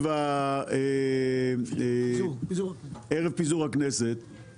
ערב פיזור הכנסת היה